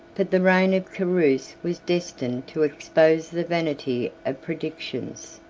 but the reign of carus was destined to expose the vanity of predictions.